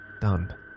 done